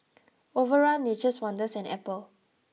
Overrun Nature's Wonders and Apple